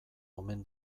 omen